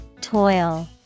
Toil